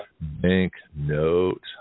Banknote